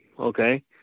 okay